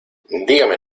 dígame